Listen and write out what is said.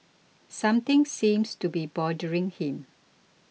something seems to be bothering him